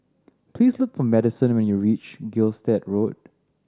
please look for Madison when you reach Gilstead Road